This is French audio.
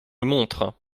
montre